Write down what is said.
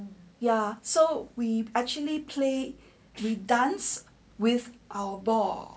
ya so we actually play three dance with our ball